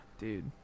dude